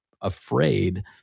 afraid